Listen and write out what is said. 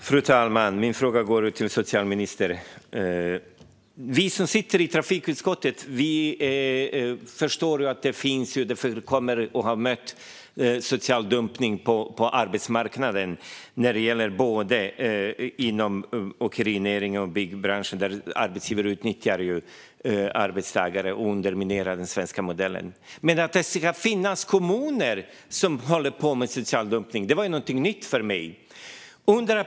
Fru talman! Min fråga går till socialministern. Vi som sitter i trafikutskottet vet att det förekommer social dumpning på arbetsmarknaden inom både åkerinäringen och byggbranschen. Det är något som vi har mött. Arbetsgivare utnyttjar arbetstagare och underminerar den svenska modellen. Men att det skulle finnas kommuner som håller på med social dumpning var någonting nytt för mig.